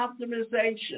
optimization